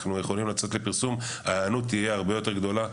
אנחנו יכולים לצאת במסע פרסום שיהפוך את ההיענות להרבה יותר גדולה.